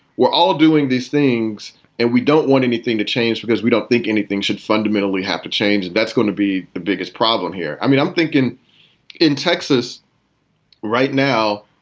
we're all doing these things and we don't want anything to change because we don't think anything should fundamentally have to change. that's gonna be the biggest problem here i mean, i'm thinking in texas right now,